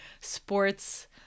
sports